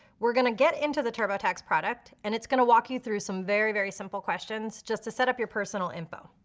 we're gonna get into the turbotax product, and it's gonna walk you through some very, very simple questions just to set up your personal info.